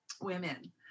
women